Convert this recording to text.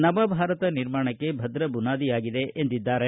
ನವಭಾರತ ನಿರ್ಮಾಣಕ್ಕೆ ಭದ್ರ ಬುನಾದಿಯಾಗಿದೆ ಎಂದಿದ್ದಾರೆ